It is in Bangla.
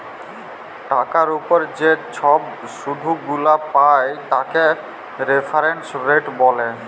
টাকার উপর যে ছব শুধ গুলা পায় তাকে রেফারেন্স রেট ব্যলে